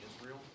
Israel